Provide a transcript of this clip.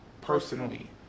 personally